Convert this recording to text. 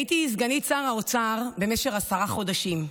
הייתי סגנית שר האוצר במשך עשרה חודשים.